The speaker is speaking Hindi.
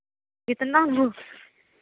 कितना हो